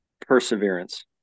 perseverance